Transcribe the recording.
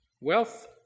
Wealth